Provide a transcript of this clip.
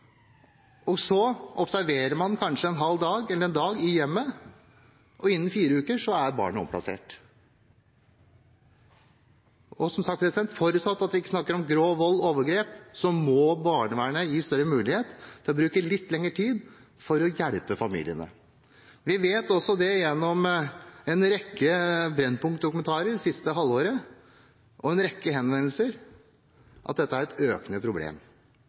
så observerer man kanskje en halv dag eller én dag i hjemmet, og innen fire uker er barnet omplassert. Som sagt, forutsatt at vi ikke snakker om grov vold eller overgrep, må barnevernet gis større mulighet til å bruke litt lengre tid på å hjelpe familiene. Vi vet også gjennom en rekke Brennpunkt-dokumentarer det siste halvåret og en rekke henvendelser at dette er et økende problem.